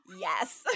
Yes